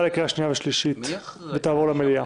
לקריאה שנייה ושלישית ותעבור למליאה.